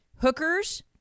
hookers